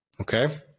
Okay